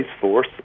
force